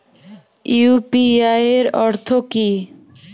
UPI এর অর্থ কি?